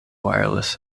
wireless